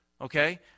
Okay